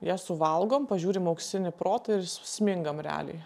ją suvalgom pažiūrim auksinį protą ir s smingam realiai